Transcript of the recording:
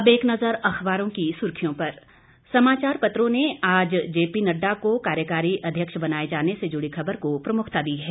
अब एक नजर अखबारों की सुर्खियों पर समाचार पत्रों ने आज जेपी नड्डा को कार्यकारी अध्यक्ष बनाए जाने से जुड़ी खबर को प्रमुखता दी है